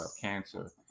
cancer